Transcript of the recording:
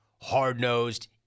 hard-nosed